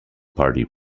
party